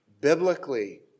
biblically